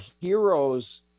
heroes